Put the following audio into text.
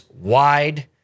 wide